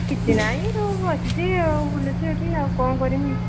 କିଛି ନାଇଁ ବସିଛି ଆଉ ବୁଲୁଛି ଏଠି ଆଉ କ'ଣ କରିବି